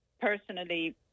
personally